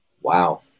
Wow